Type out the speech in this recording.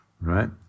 right